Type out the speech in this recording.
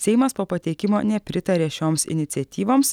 seimas po pateikimo nepritarė šioms iniciatyvoms